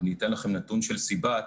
אני אתן לכם נתון של סיב"ט.